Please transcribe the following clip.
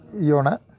eon